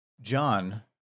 John